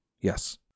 Yes